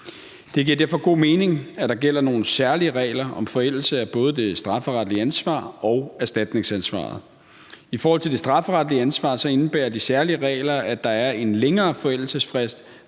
Det giver derfor god mening, at der gælder nogle særlige regler om forældelse af både det strafferetlige ansvar og erstatningsansvaret. I forhold til det strafferetlige ansvar indebærer de særlige regler, at der er en længere forældelsesfrist